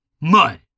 Mud